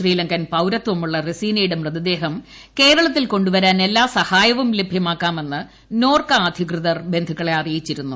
ശ്രീലങ്കൻ പൌരത്വമുള്ള റസീനയുടെ മൃതദേഹം കേരളത്തിൽ കൊണ്ടുവരാൻ എല്ലാ സഹായവും ലഭ്യമാക്കാമെന്ന് നോർക്ക അധികൃതർ ബന്ധുക്കളെ അറിയിച്ചിരുന്നു